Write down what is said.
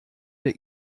der